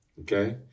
Okay